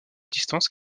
distance